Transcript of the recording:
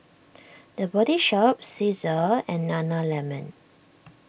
the Body Shop Cesar and Nana Lemon